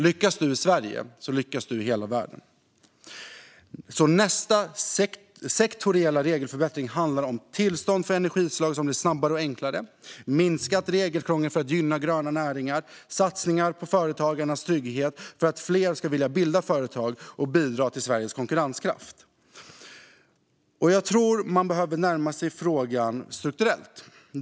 Lyckas du i Sverige lyckas du i hela världen. Nästa sektoriella regelförbättring handlar om tillstånd för energislag som blir snabbare och enklare, minskat regelkrångel för att gynna gröna näringar och satsningar på företagarnas trygghet för att fler ska vilja bilda företag och bidra till Sveriges konkurrenskraft. Jag tror att man behöver närma sig frågan strukturellt.